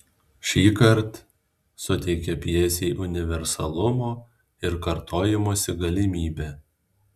šįkart suteikia pjesei universalumo ir kartojimosi galimybę